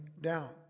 down